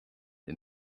and